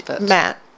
Matt